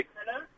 Hello